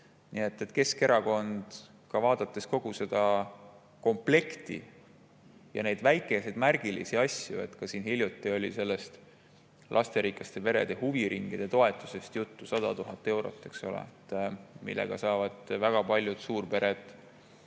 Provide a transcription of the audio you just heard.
vale tee. Ka vaadates kogu seda komplekti ja neid väikeseid märgilisi asju, siin hiljuti oli lasterikaste perede huviringide toetusest juttu, 100 000 eurot, eks ole, millega saavad väga paljud suurpered